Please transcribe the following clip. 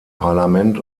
parlament